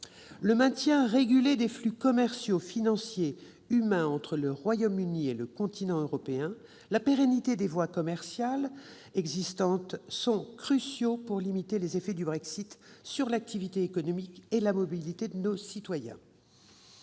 Le maintien régulé des flux commerciaux, financiers et humains entre le Royaume-Uni et le continent européen, la pérennité des voies commerciales existantes sont cruciaux pour limiter les effets du Brexit sur l'activité économique et la mobilité de nos concitoyens.